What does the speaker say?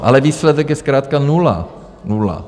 Ale výsledek je zkrátka nula, nula.